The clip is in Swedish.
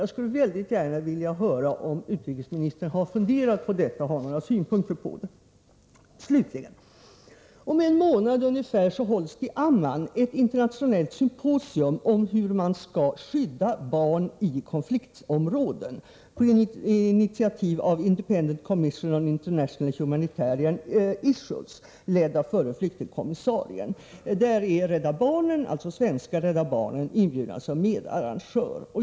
Jag skulle gärna vilja höra om utrikesministern har funderat på detta och har några synpunkter på det. Slutligen för det tredje: Om ungefär en månad hålls i Amman ett internationellt symposium om hur man skall skydda barn i konfliktområden, på initiativ av Independent Commission on International Humanitarian Issues, ledd av förre flyktingkommissarien. Svenska Rädda Barnen har inbjudits som medarrangör.